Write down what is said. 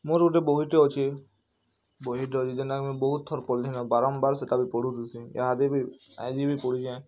ମୋର୍ ଗୁଟେ ବହିଟେ ଅଛେ ବହିଟେ ଅଛେ ଜେନ୍ଟାକି ମୁଇଁ ବହୁତ୍ ଥର୍ ପଢ଼୍ଲିନ ବାରମ୍ବାର୍ ସେଟାକେ ପଢ଼ୁଥିସି ଇହାଦେ ବି ଆଇ ଯେ ବି ପଢ଼ୁଚେଁ